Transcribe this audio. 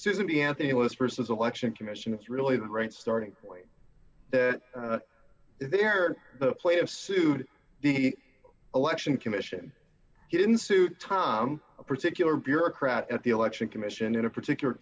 susan b anthony was versus election commission it's really the right starting point that there are plenty of sued the election commission he didn't suit tom a particular bureaucrat at the election commission in a particular